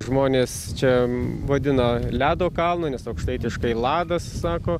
žmonės čia vadina ledo kalną nes aukštaitiškai lada sako